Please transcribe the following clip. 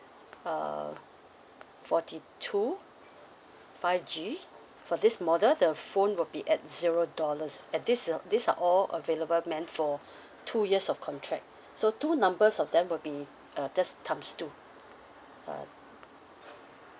um forty two five G for this model the phone will be at zero dollars at this uh these are all available meant for two years of contract so two numbers of them will be uh just times two uh